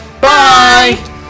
Bye